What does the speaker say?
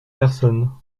personne